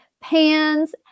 pans